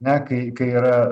ne kai kai yra